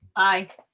i.